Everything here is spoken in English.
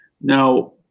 Now